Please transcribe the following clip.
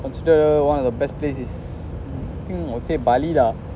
what's the one of the best place is hmm I would say bali lah